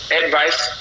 advice